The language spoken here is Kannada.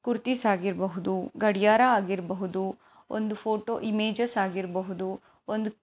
ಕುರ್ತೀಸ್ ಆಗಿರಬಹುದು ಗಡಿಯಾರ ಆಗಿರಬಹುದು ಒಂದು ಫೋಟೋ ಇಮೇಜಸ್ ಆಗಿರಬಹುದು ಒಂದು